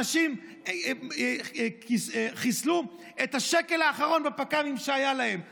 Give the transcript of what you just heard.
אנשים חיסלו את השקל האחרון שהיה להם בפק"מים,